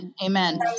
Amen